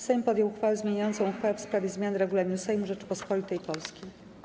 Sejm podjął uchwałę zmieniającą uchwałę w sprawie zmiany Regulaminu Sejmu Rzeczypospolitej Polskiej.